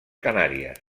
canàries